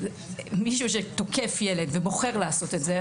מישהו שתוקף ילד ובוחר לעשות את זה,